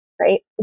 right